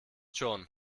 schon